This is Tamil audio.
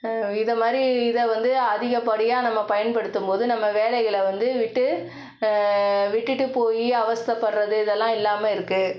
இது மாதிரி இதை வந்து அதிகப்படியாக நம்ம பயன்படுத்தும் போது நம்ம வேலைகளை வந்து விட்டு விட்டுவிட்டு போய் அவஸ்த்தப்படுகிறது இதெல்லாம் இல்லாமல் இருக்குது